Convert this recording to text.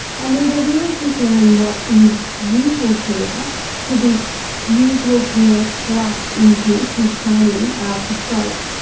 and we were really comparing what is usual care to this usual care plus intensive training after stroke.